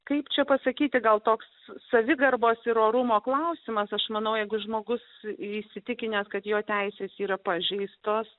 kaip čia pasakyti gal toks savigarbos ir orumo klausimas aš manau jeigu žmogus įsitikinęs kad jo teises yra pažeistos